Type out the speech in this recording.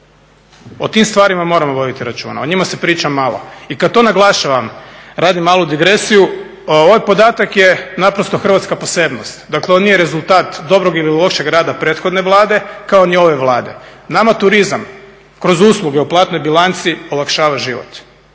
O tim stvarima moramo voditi računa, o njima se priča malo. I kada to naglašavam, radim malu digresiju. Ovaj podatak je naprosto Hrvatska posebnost, dakle on nije rezultat dobrog ili lošeg rada prethodne Vlade kao ni ove Vlade. Nama turizam kroz usluge o platnoj bilanci olakšava život.